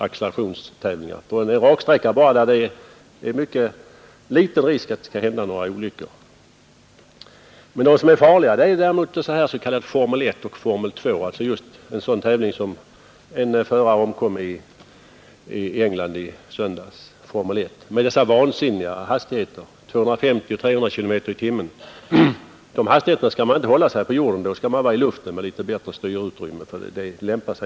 Man tävlar på en raksträcka, och därför är det mycket liten risk för olyckor. De farliga tävlingarna är de i Formel I och Formel II. Just i en Formel I-tävling omkom en förare i England i söndags. De kommer upp i helt vansinniga hastigheter på 250 till 300 kilometer i timmen. Med sådana farter skall man hålla sig i luften där det är litet bättre styrutrymme.